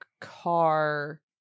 car